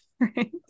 Right